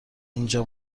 اینجا